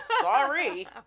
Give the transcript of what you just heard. Sorry